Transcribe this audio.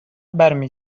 برمی